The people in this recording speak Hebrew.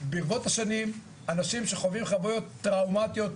ברבות השנים אנשים שחווים חוויות טראומטיות,